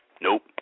Nope